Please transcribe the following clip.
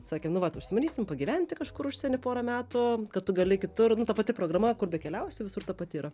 sakė nu vat užsimanysim pagyventi kažkur užsieny porą metų kad tu gali kitur nu ta pati programa kur bekeliausi visur ta pati yra